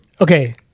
okay